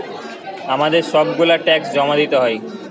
আমাদের সব গুলা ট্যাক্স জমা দিতে হয়